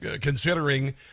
considering